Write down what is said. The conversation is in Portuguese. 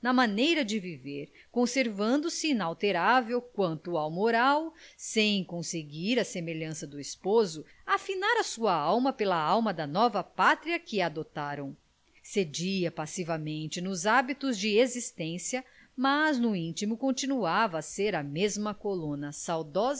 maneira de viver conservando-se inalterável quanto ao moral sem conseguir à semelhança do esposo afinar a sua alma pela alma da nova pátria que adotaram cedia passivamente nos hábitos de existência mas no intimo continuava a ser a mesma colona saudosa